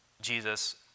Jesus